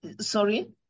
sorry